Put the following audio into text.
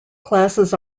classes